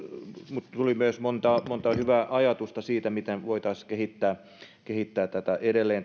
mutta tuli myös monta hyvää ajatusta siitä miten voitaisiin kehittää edelleen